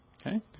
Okay